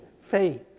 faith